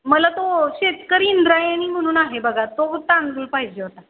मला तो शेतकरी इंद्रायणी म्हणून आहे बघा तो तांदूळ पाहिजे होता